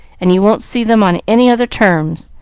and you won't see them on any other terms